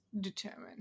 determined